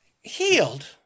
healed